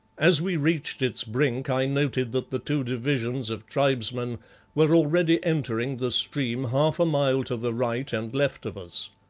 as we reached its brink i noted that the two divisions of tribesmen were already entering the stream half a mile to the right and left of us.